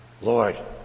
Lord